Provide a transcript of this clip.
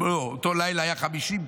באותו לילה היו 50,